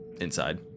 Inside